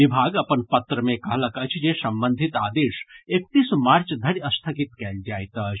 विभाग अपन पत्र मे कहलक अछि जे संबंधित आदेश एकतीस मार्च धरि स्थगित कयल जाइत अछि